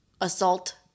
Assault